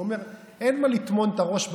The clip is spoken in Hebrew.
הוא אומר: אין מה לטמון את הראש באדמה.